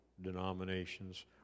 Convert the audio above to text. denominations